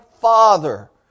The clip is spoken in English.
father